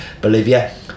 Bolivia